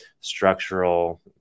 structural